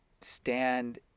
stand